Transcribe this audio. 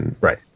right